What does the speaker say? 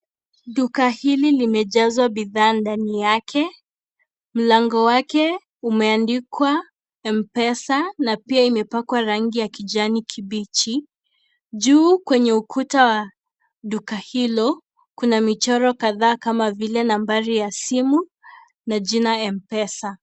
Duka hili limejazwa bidhaa ndani yake. Mlango wake umeandikwa Mpesa na pia imepakwa rangi ya kijani kibichi. Juu kwenye ukuta wa duka hilo, kuna michoro kadhaa kama vile, nambari ya simu na jina Mpesa.